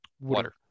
Water